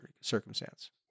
circumstance